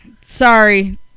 Sorry